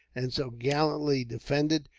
and so gallantly defended,